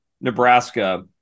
Nebraska